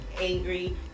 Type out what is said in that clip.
angry